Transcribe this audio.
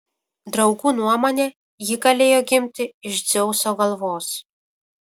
draugų nuomone ji galėjo gimti iš dzeuso galvos